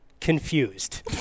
confused